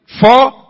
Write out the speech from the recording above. four